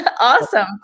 awesome